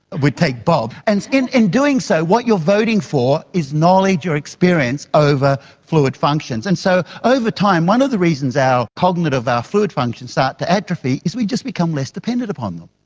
would take bob, and in in doing so what you're voting for is knowledge or experience over fluid functions. and so over time one of the reasons our cognitive or fluid functions start to atrophy is we just become less dependent upon them.